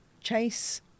Chase